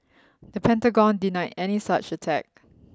the Pentagon denied any such attack